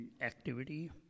Activity